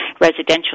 residential